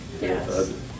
Yes